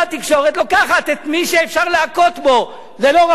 לוקחת את מי שאפשר להכות בו ללא רחמים,